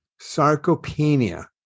sarcopenia